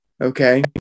Okay